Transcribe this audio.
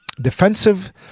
defensive